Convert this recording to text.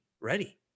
ready